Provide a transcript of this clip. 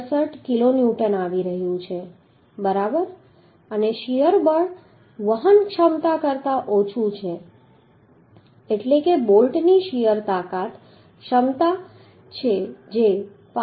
67 kilonewton આવી રહ્યું છે બરાબર અને આ શીયર બળ વહન ક્ષમતા કરતાં ઓછું છે એટલે કે બોલ્ટની શીયર તાકાત ક્ષમતા છે જે 65